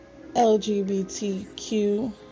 LGBTQ